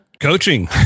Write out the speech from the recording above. Coaching